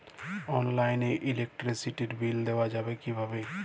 অনলাইনে ইলেকট্রিসিটির বিল দেওয়া যাবে কিভাবে?